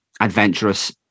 adventurous